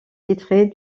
tirés